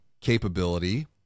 capability